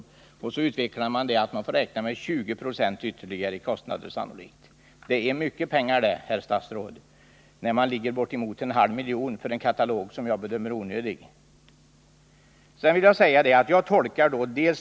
Så utvecklar man detta och säger att vi sannolikt får räkna med att kostnaden kan bli ytterligare 20 96. Det är mycket pengar, herr statsråd, när det blir omkring en halv miljon kronor för en katalog som jag bedömer vara onödig.